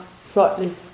slightly